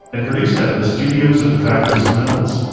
and produced out of the studios of defacto smells.